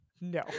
no